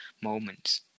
moments